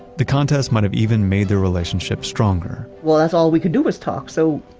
the contest might have even made their relationship stronger well, that's all we could do was talk. so,